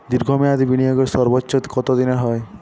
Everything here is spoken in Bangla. দীর্ঘ মেয়াদি বিনিয়োগের সর্বোচ্চ কত দিনের হয়?